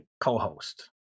co-host